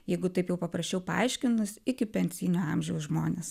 jeigu taip jau paprasčiau paaiškinus iki pensijinio amžiaus žmones